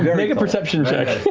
make a perception check.